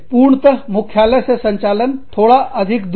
पूर्णत मुख्यालय से संचालन थोड़ा अधिक दूर